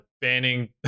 banning